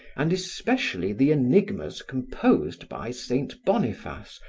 and especially the enigmas composed by saint boniface,